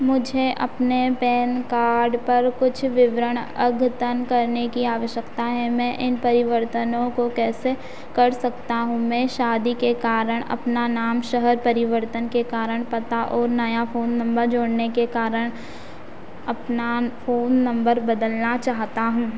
मुझे अपने PAN card पर कुछ विवरण अद्यतन करने की आवश्यकता है मैं इन परिवर्तनों को कैसे कर सकता हूँ मैं शादी के कारण अपना नाम शहर परिवर्तन के कारण पता और नया फ़ोन नंबर जोड़ने के कारण अपना फ़ोन नंबर बदलना चाहता हूँ